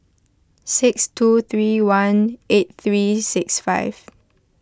six two three one eight three six five